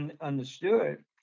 understood